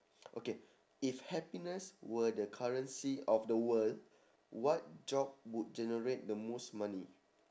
okay if happiness were the currency of the world what job would generate the most money